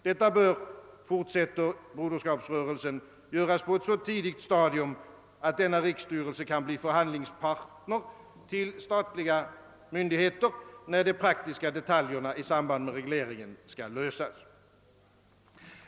Detta bör, fortsätter Broderskapsrörelsen, göras på ett så tidigt stadium, att denna riksstyrelse kan bli förhandlingspartner till de statliga myndigheterna, när de praktiska detaljerna i samband med regleringen skall lösas.